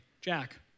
Jack